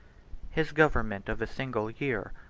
his government of a single year,